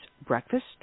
breakfast